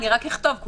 אנחנו